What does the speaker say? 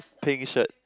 pink shirt